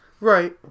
Right